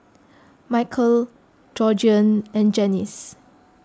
Michale Georgeann and Janyce